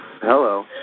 Hello